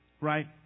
right